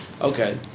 Okay